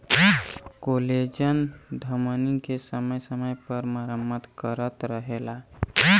collagen धमनी के समय समय पर मरम्मत करत रहला